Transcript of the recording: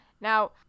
Now